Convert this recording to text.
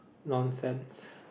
nonsense